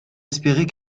espérer